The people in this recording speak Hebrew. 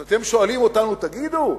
אז אתם שואלים אותנו: תגידו,